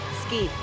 ski